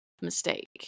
mistake